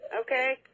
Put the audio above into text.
Okay